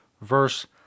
verse